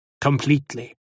Completely